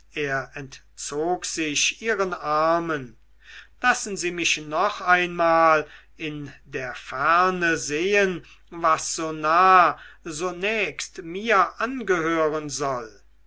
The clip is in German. er entzog sich ihren armen lassen sie mich noch einmal in der ferne sehen was so nah so nächst mir angehören soll